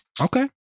Okay